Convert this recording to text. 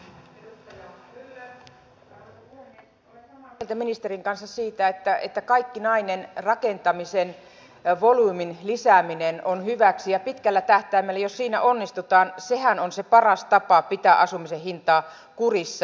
olen samaa mieltä ministerin kanssa siitä että kaikkinainen rakentamisen volyymin lisääminen on hyväksi ja pitkällä tähtäimellä jos siinä onnistutaan sehän on se paras tapa pitää asumisen hintaa kurissa